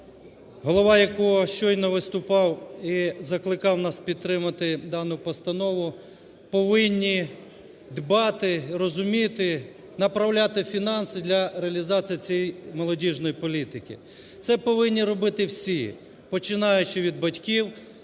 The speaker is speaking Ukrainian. голова якого щойно виступав і закликав нас підтримати дану постанову, повинні дбати, розуміти, направляти фінанси для реалізації цієї молодіжної політики. Це повинні робити всі, починаючи від батьків,